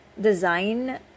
design